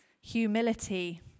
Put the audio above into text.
humility